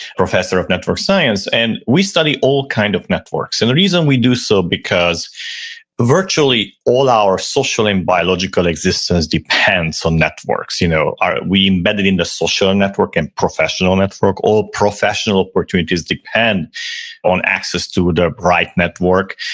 professor of network science. and we study all kind of networks. and the reason we do so because virtually all our social and biological existence depends on networks. you know we embedded in the social and network and professional network all professional opportunities depend on access to ah the right network.